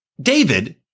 David